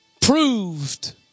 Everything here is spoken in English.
proved